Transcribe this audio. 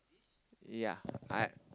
yea I